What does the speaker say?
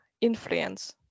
influence